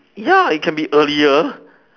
ya it can be earlier